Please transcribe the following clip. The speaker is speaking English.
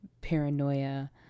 paranoia